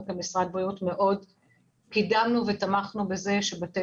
אנחנו כמשרד בריאות קידמנו ותמכנו בזה שבתי